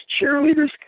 cheerleaders